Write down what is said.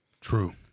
True